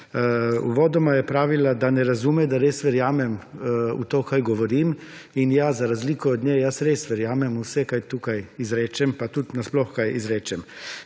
Uvodoma je rekla, da ne razume, da res verjamem v to kar govorim. In ja, za razliko od nje jaz res verjamem vse kar tukaj izrečem, pa tudi nasploh kaj izrečem.